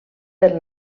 del